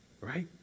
Right